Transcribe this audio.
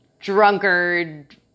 drunkard